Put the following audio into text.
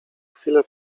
chwilę